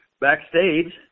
backstage